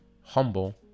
humble